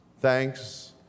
Thanks